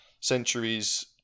Centuries